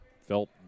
felt